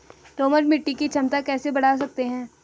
दोमट मिट्टी की क्षमता कैसे बड़ा सकते हैं?